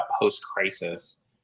post-crisis